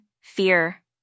fear